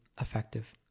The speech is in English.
effective